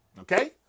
Okay